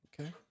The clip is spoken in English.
Okay